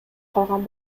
калган